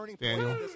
Daniel